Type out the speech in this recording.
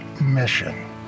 mission